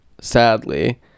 sadly